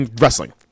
wrestling